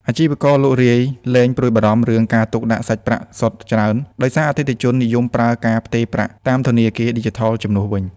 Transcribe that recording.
អាជីវករលក់រាយលែងព្រួយបារម្ភរឿងការទុកដាក់សាច់ប្រាក់សុទ្ធច្រើន ដោយសារអតិថិជននិយមប្រើការផ្ទេរប្រាក់តាមធនាគារឌីជីថលជំនួសវិញ។